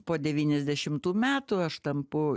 po devyniasdešimtų metų aš tampu